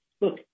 look